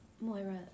Moira